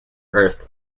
earth